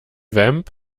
vamp